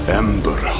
ember